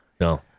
No